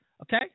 okay